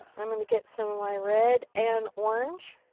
i'm going to get some of my red and orange.